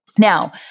Now